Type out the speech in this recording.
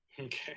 Okay